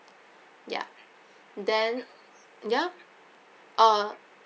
ya then ya uh